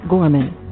Gorman